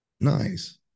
Nice